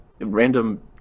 random